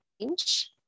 change